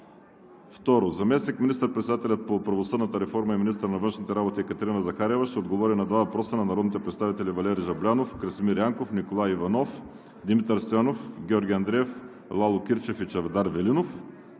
2. Заместник министър-председателят по правосъдната реформа и министър на външните работи Екатерина Захариева ще отговори на два въпроса – от народните представител Валери Жаблянов, Красимир Янков, Николай Иванов, Димитър Стоянов, Георги Андреев, Лало Кирилов и Чавдар Велинов;